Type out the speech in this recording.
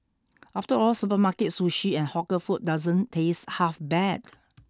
after all supermarket Sushi and hawker food doesn't taste half bad